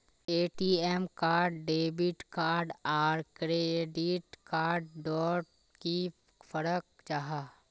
ATM card debit card आर credit card डोट की फरक जाहा?